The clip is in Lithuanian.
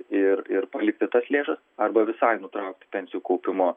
ir ir palikti tas lėšas arba visai nutraukti pensijų kaupimo